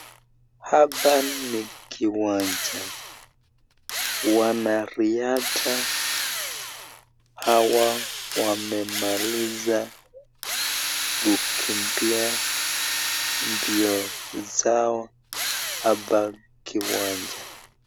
Hapa ni kiwanja. Wanariadha hawa wamemaliza kukimbia mbio zao hapa kiwanja.